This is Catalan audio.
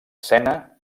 sena